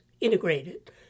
integrated